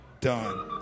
done